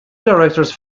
directors